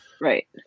Right